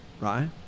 right